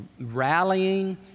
rallying